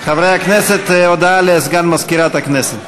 חברי הכנסת, הודעה לסגן מזכירת הכנסת.